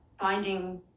finding